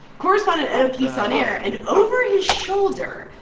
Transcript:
correspondent ed o'keefe's on air. and over his shoulder,